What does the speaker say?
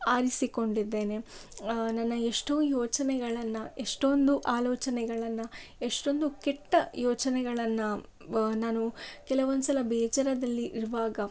ಆರಿಸಿಕೊಂಡಿದ್ದೇನೆ ನನ್ನ ಎಷ್ಟೋ ಯೋಚನೆಗಳನ್ನು ಎಷ್ಟೊಂದು ಆಲೋಚನೆಗಳನ್ನು ಎಷ್ಟೊಂದು ಕೆಟ್ಟ ಯೋಚನೆಗಳನ್ನು ನಾನು ಕೆಲವೊಂದು ಸಲ ಬೇಜಾರದಲ್ಲಿ ಇರುವಾಗ